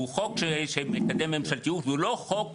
והוא חוק שמקדם ממשלתיות והוא לא חוק,